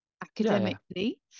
academically